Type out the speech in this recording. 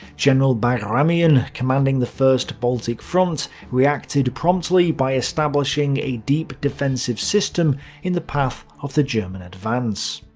general bagramian, commanding the first baltic front, reacted promptly by establishing a deep defensive system in the path of the german advance.